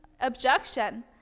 objection